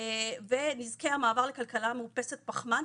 ונזקי המעבר לכלכלה מאופסת פחמן,